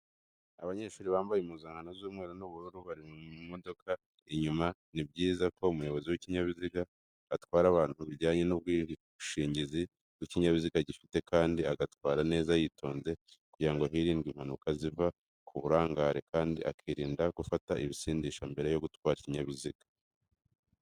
Abanyeshuri bambabye impuzankano z'umweu n'ubururu bari mu modoka inyuma, ni byiza ko umuyobozi w'ikinyabiziga atwara abantu bijyanye n'ubwishingizi ikinyabiziga gifite kandi agatwara neza yitonze kugira ngo hirindwe impanuka zava ku burangare kandi akirinda gufata ibisindisha mbere yo gutwara ikinyabiziga.